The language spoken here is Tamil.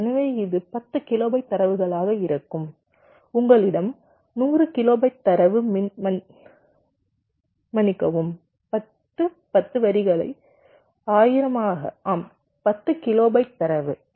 எனவே இது 10 கிலோபைட் தரவுகளாக இருக்கும் உங்களிடம் 100 கிலோபைட் தரவு மன்னிக்கவும் 10 10 வரிகளை 1000 ஆக ஆம் 10 கிலோபைட் தரவு இருக்கும்